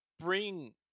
bring